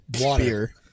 Water